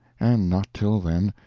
and not till then,